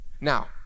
Now